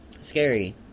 scary